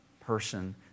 person